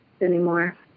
anymore